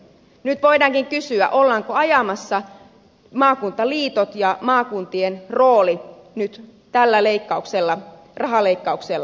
nyt voidaankin kysyä ollaanko ajamassa maakuntaliitot ja maakuntien rooli tällä rahaleikkauksella alas